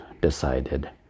decided